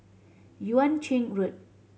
Yuan Ching Road